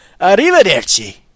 Arrivederci